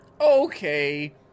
Okay